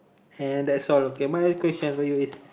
and that's all okay my question for you is